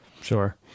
Sure